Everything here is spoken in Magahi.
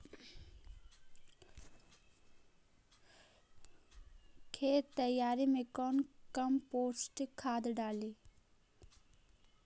खेत तैयारी मे कौन कम्पोस्ट खाद डाली?